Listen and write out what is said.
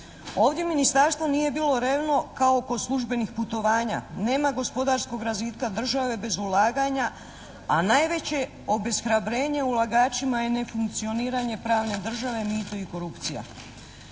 Ovdje Ministarstvo nije bilo revno kao kod službenih putovanja. Nema gospodarskog razvitka države bez ulaganja, a najveće obeshrabrenje ulagačima je nefunkcioniranje pravne države, mito i korupcija.